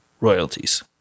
royalties